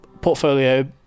portfolio